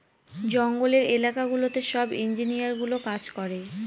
জঙ্গলের এলাকা গুলোতে সব ইঞ্জিনিয়ারগুলো কাজ করে